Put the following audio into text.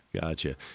Gotcha